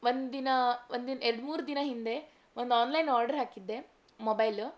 ಒಂದಿನ ಒಂದಿನ ಎರಡು ಮೂರು ದಿನ ಹಿಂದೆ ಒಂದು ಆನ್ಲೈನ್ ಆರ್ಡ್ರ್ ಹಾಕಿದ್ದೆ ಮೊಬೈಲು